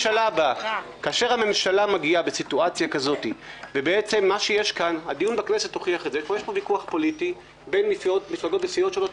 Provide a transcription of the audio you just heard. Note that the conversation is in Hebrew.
הדיון בכנסת הוכיח את זה שיש פה ויכוח פוליטי בין מפלגות וסיעות שונות.